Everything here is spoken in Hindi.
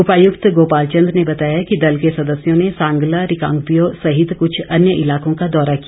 उपायुक्त गोपाल चंद ने बताया कि दल के सदस्यों ने सांगला रिकांगपिओ सहित कुछ अन्य इलाकों का दौरा किया